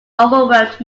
overwhelmed